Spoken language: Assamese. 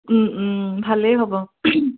ভালেই হ'ব